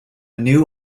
new